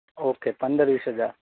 okay પંદર વીસ હજાર